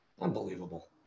unbelievable